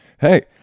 Hey